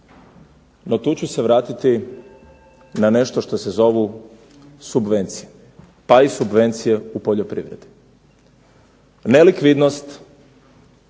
NO, tu ću se vratiti na nešto što se zovu subvencije, subvencije u poljoprivredi. Nelikvidnost